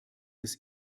des